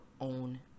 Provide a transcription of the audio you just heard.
own